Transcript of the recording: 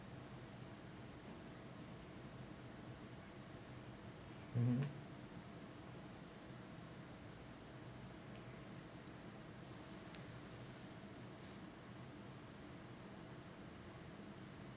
mmhmm